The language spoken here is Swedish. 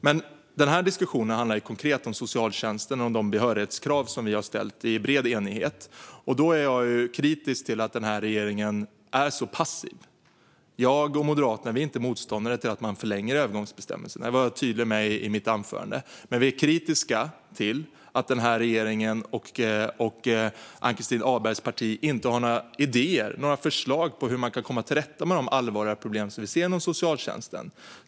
Men denna diskussion handlar konkret om socialtjänsten och de behörighetskrav som vi har ställt i bred enighet, och jag är kritisk till att regeringen är så passiv. Jag och Moderaterna är inte motståndare till att övergångsbestämmelserna förlängs, vilket jag var tydlig med i mitt anförande. Vi är dock kritiska till att regeringen och Ann-Christin Ahlbergs parti inte ha några idéer och förslag på hur man kan komma till rätta med de allvarliga problem som vi ser inom socialtjänsten.